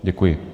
Děkuji.